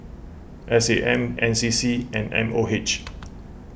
S A M N C C and M O H